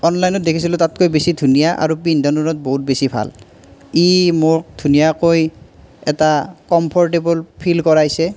অনলাইনত দেখিছিলোঁ তাতকৈ বেছি ধুনীয়া আৰু পিন্ধন উৰণত বহুত বেছি ভাল ই মোক ধুনীয়াকৈ এটা কমফৰ্টেবল ফিল কৰাইছে